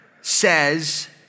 says